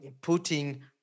putting